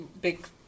big